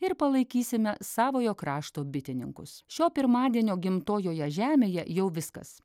ir palaikysime savojo krašto bitininkus šio pirmadienio gimtojoje žemėje jau viskas